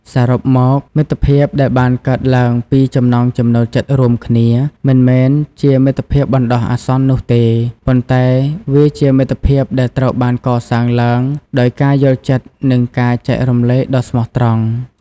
សរុបមក មិត្តភាពដែលបានកើតឡើងពីចំណង់ចំណូលចិត្តរួមគ្នាមិនមែនជាមិត្តភាពបណ្ដោះអាសន្ននោះទេ ប៉ុន្តែវាជាមិត្តភាពដែលត្រូវបានកសាងឡើងដោយការយល់ចិត្តនិងការចែករំលែកដ៏ស្មោះត្រង់។